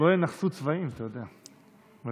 ינכסו צבעים, אתה יודע.